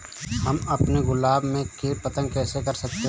हम अपने गुलाब में कीट प्रबंधन कैसे कर सकते है?